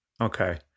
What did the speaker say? Okay